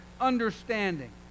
understanding